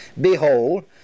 Behold